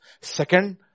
Second